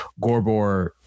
Gorbor